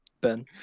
Ben